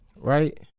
right